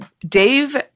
Dave